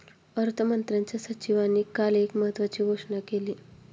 अर्थमंत्र्यांच्या सचिवांनी काल एक महत्त्वाची घोषणा केली